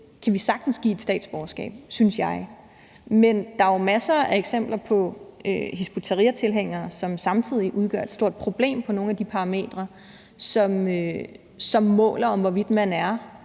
kan vi sagtens give et statsborgerskab, synes jeg. Men der er masser af eksempler på Hizb ut-Tahrir-tilhængere, som samtidig udgør et stort problem på nogle af de parametre, som måler, hvorvidt man er